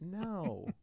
no